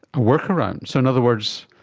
a workaround? so, in other words,